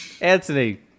Anthony